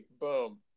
Boom